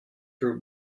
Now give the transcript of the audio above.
group